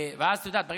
לא.